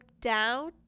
down